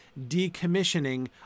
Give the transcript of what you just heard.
decommissioning